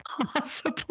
possible